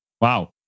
Wow